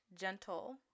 gentle